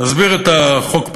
אסביר את החוק.